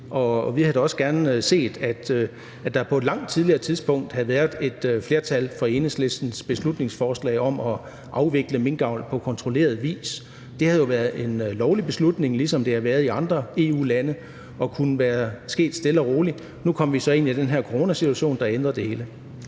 Vi havde da også gerne set, at der på et langt tidligere tidspunkt havde været et flertal for Enhedslistens beslutningsforslag om at afvikle minkavl på kontrolleret vis. Det havde jo været en lovlig beslutning, ligesom det har været det i andre EU-lande, og det havde kunnet ske stille og roligt. Nu kom vi så i den her coronasituation, der ændrede